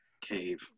cave